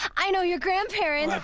i know your grandparents.